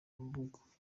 rubuga